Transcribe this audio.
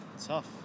Tough